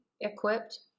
equipped